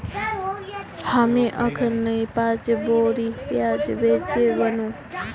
हामी अखनइ पांच बोरी प्याज बेचे व नु